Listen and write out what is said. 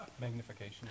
magnification